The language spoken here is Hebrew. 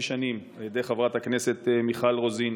שנים על ידי חברת הכנסת מיכל רוזין,